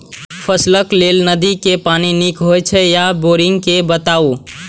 फसलक लेल नदी के पानी नीक हे छै या बोरिंग के बताऊ?